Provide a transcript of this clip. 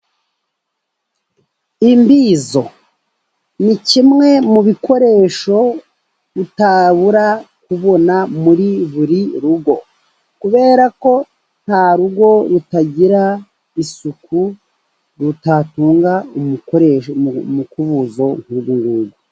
Imbizo ni kimwe mu bikoresho utabura kubona muri buri rugo, kubera ko nta rugo rutagira isuku, rutatunga umukubuzo nk'uyu nguyu.